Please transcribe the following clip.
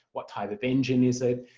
what type of engine is it?